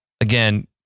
again